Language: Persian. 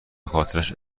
خاطرش